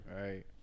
right